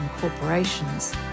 corporations